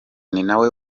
ninawe